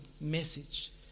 message